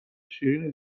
شیرین